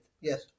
Yes